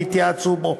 יתייעצו בו,